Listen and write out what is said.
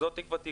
זאת גם תקוותי.